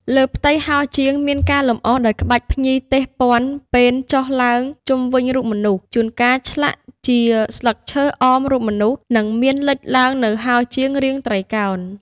លើផ្ទៃហោជាង មានការលម្អដោយក្បាច់ភ្ញីទេសព័ទ្ធពេនចុះឡើងជុំវិញរូបមនុស្ស ជូនកាលឆ្លាក់ជាក្បាច់ស្លឹកឈើអមរូបមនុស្ស និង មានលេចឡើងនូវហោជាងរាងត្រីកោណ។